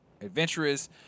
adventurous